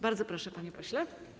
Bardzo proszę, panie pośle.